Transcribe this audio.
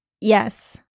Yes